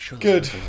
Good